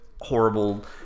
horrible